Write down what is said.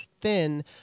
thin